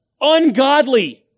ungodly